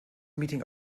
meeting